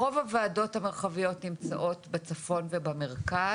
רוב הוועדות המרחביות נמצאות בצפון ובמרכז.